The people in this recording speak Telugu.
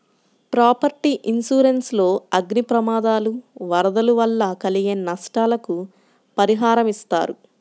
ప్రాపర్టీ ఇన్సూరెన్స్ లో అగ్ని ప్రమాదాలు, వరదలు వల్ల కలిగే నష్టాలకు పరిహారమిస్తారు